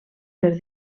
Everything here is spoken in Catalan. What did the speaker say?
per